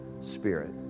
Spirit